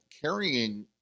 carrying